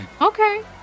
Okay